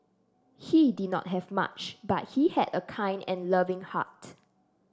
he did not have much but he had a kind and loving heart